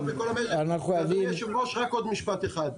אדוני היו"ר רק משפט אחד.